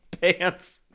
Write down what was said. pants